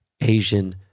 Asian